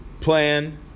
Plan